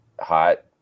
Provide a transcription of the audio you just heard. hot